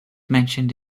mentioned